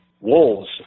wolves